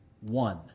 one